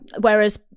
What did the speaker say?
Whereas